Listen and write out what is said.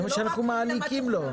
זה מה שאנחנו מעניקים לו.